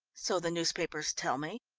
so the newspapers tell me.